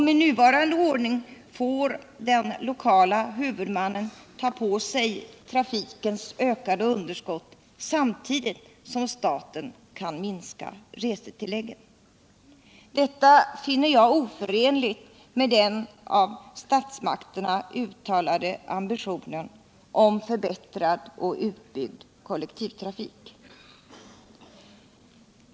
Med nuvarande ordning får den lokala huvudmannen ta på sig trafikens ökade underskott, samtidigt som staten kan minska resetilläggen. Detta finner jag oförenligt med den av statsmakterna uttalade ambitionen att söka åstadkomma en förbättrad och utbyggd kollektivtrafik.